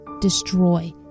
destroy